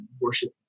worship